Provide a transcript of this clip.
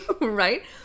right